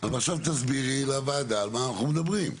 עכשיו תסבירי לוועדה על מה אנחנו מדברים.